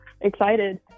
excited